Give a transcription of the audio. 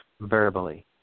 verbally